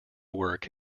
work